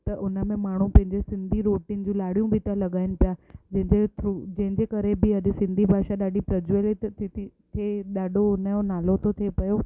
त उन में माण्हू पंहिंजे सिंधी रोटियुनि जियूं लाड़ियूं बि था लॻाइनि पिया जंहिंजे थ्रू जंहिंजे करे बि अॾु सिंधी भाषा ॾाढी प्रजवलित थी थी थे ॾाढो हुन जो नालो थो थिए पियो